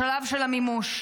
לשלב של המימוש,